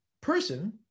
person